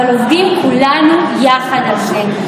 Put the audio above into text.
אבל כולנו יחד עובדים על זה.